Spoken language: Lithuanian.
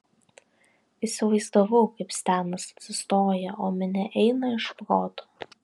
įsivaizdavau kaip stenas atsistoja o minia eina iš proto